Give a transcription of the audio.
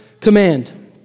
command